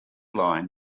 line